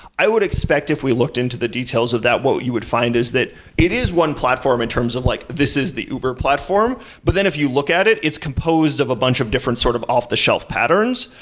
i would expect if we looked into the details of that, what you would find is that it is one platform in terms of like this is uber platform, but then if you look at it, it's composed of a bunch of different sort of off-the-shelf patterns,